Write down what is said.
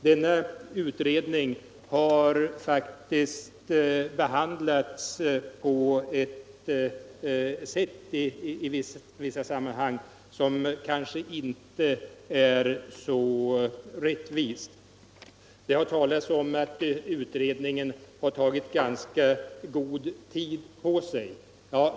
Denna utredning har i vissa sammanhang behandlats på ett sätt som inte är rättvist. Det har talats om att utredningen har tagit ganska god tid på sig.